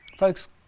Folks